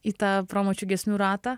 į tą pramočių giesmių ratą